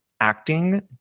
acting